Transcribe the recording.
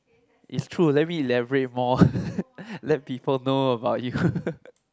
it's true let me elaborate more let people know about you